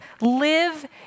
live